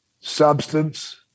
substance